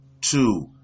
two